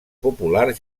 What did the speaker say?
popular